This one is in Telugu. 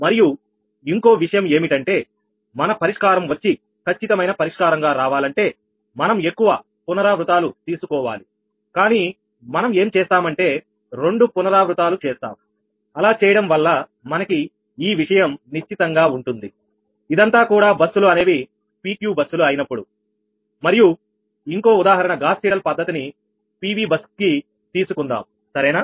మరియు ఇంకో విషయం ఏమిటంటే మన పరిష్కారం వచ్చి ఖచ్చితమైన పరిష్కారంగా రావాలంటే మనం ఎక్కువ పునరావృతాలు తీసుకోవాలి కానీ మనం ఏం చేస్తామంటే రెండు పునరావృతాలు చేస్తాం అలా చేయడం వల్ల మనకి ఈ విషయం నిశ్చితంగా ఉంటుంది ఇదంతా కూడా బస్సులు అనేవి PQ బస్సులు అయినప్పుడు మరియు ఇంకో ఉదాహరణ గాస్ సీడెల్ పద్ధతిని PV బస్ కి తీసుకుందాం సరేనా